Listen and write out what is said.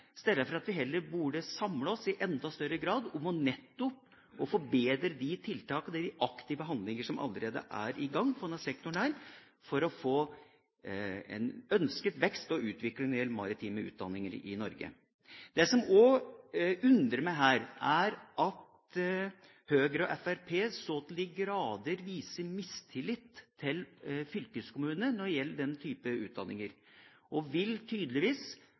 at vi kunne samlet oss i enda større grad om å forbedre de tiltak og aktive handlinger som allerede er i gang i denne sektoren, for å få en ønsket vekst og utvikling innen maritime utdanninger i Norge. Det som også undrer meg, er at Høyre og Fremskrittspartiet så til de grader viser mistillit til fylkeskommunene når det gjelder den type utdanninger. De vil tydeligvis